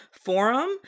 forum